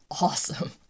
awesome